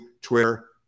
Twitter